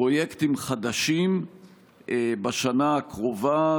פרויקטים חדשים בשנה הקרובה,